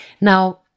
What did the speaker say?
Now